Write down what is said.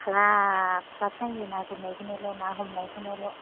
ख्लाब ख्लाब जायो ना गुरनायखौनोल' ना हमनायखौनोल'